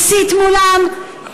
מסית מולם,